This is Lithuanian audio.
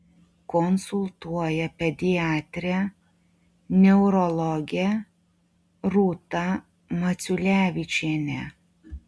konsultuoja pediatrė neurologė rūta maciulevičienė